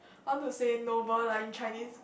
I want to say noble like in Chinese